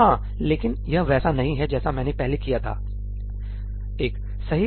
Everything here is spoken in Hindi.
हाँ लेकिन यह वैसा नहीं है जैसा मैंने पहले किया था एक सही